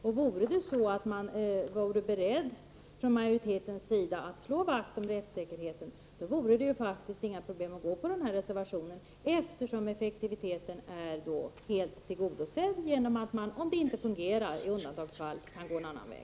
Om man från utskottsmajoritetens sida vore beredd att slå vakt om rättssäkerheten skulle det inte innebära några problem att ansluta sig till den här reservationen, eftersom effektiviteten helt tillgodoses genom att man i undantagsfall kan gå en annan väg.